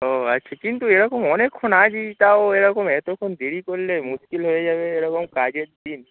ও আচ্ছা কিন্তু এরকম অনেকক্ষণ আগে তাও এরকম এতক্ষণ দেরি করলে মুশকিল হয়ে যাবে এরকম কাজের দিন